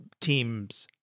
teams